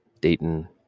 Dayton